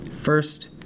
First